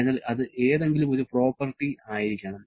അതിനാൽ അത് ഏതെങ്കിലും ഒരു പ്രോപ്പർട്ടി ആയിരിക്കണം